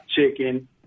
chicken